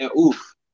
oof